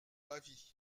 avis